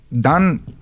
done